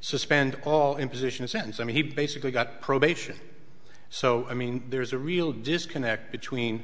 suspend all imposition of sentence and he basically got probation so i mean there is a real disconnect between